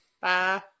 bye